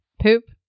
Poop